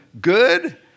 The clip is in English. good